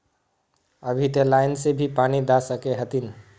अभी ते लाइन से भी पानी दा सके हथीन?